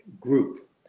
group